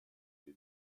dei